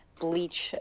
bleach